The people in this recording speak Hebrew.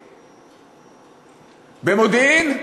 במודיעין,